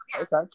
Okay